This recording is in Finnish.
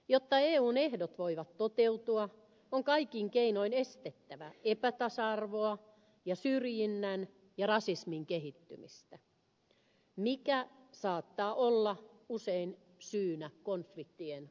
jotta eun ehdot voivat toteutua on kaikin keinoin estettävä epätasa arvoa ja syrjinnän ja rasismin kehittymistä joka saattaa olla usein syynä konfliktien syntyyn